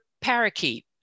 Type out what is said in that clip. parakeet